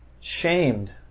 shamed